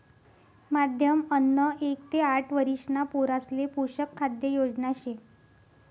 माध्यम अन्न एक ते आठ वरिषणा पोरासले पोषक खाद्य योजना शे